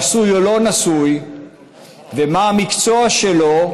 נשוי או לא נשוי ומה המקצוע שלו,